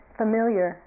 familiar